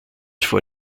vor